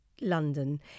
London